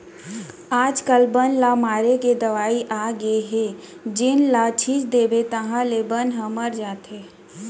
आजकाल बन ल मारे के दवई आगे हे जेन ल छिंच देबे ताहाँले बन ह मर जाथे